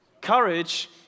Courage